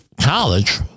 college